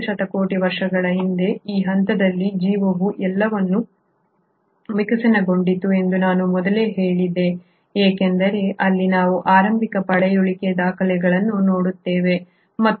8 ಶತಕೋಟಿ ವರ್ಷಗಳ ಹಿಂದೆ ಈ ಹಂತದಲ್ಲಿ ಜೀವವು ಎಲ್ಲೋ ವಿಕಸನಗೊಂಡಿತು ಎಂದು ನಾನು ಮೊದಲೇ ಹೇಳಿದ್ದೆ ಏಕೆಂದರೆ ಅಲ್ಲಿ ನಾವು ಆರಂಭಿಕ ಪಳೆಯುಳಿಕೆ ದಾಖಲೆಗಳನ್ನು ನೋಡುತ್ತೇವೆ